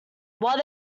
while